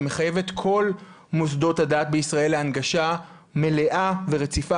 המחייב את כל מוסדות הדת בישראל להנגשה מלאה ורציפה,